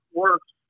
works